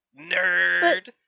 nerd